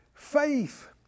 Faith